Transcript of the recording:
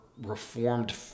reformed